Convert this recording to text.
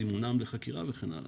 זימונם לחקירה וכן הלאה.